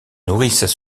nourrissent